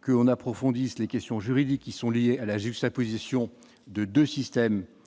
que on approfondisse les questions juridiques qui sont liés à la juxtaposition de 2 systèmes